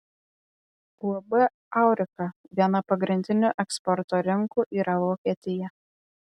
uab aurika viena pagrindinių eksporto rinkų yra vokietija